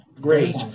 great